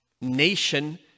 nation